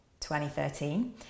2013